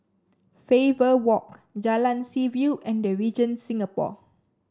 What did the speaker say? Faber Walk Jalan Seaview and The Regent Singapore